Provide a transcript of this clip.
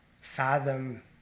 fathom